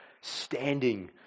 standing